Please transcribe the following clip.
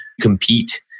compete